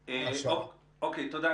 תודה.